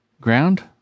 ground